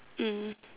mm